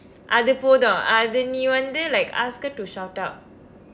அது போதும் அது நீ வந்து:athu poothum athu nii vandthu like ask her to shout out